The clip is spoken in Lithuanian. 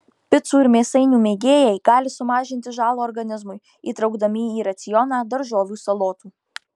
picų ir mėsainių mėgėjai gali sumažinti žalą organizmui įtraukdami į racioną daržovių salotų